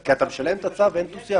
כי אתה משלם את הצו, אין דו-שיח.